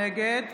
נגד